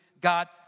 God